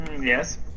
Yes